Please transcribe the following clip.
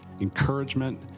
encouragement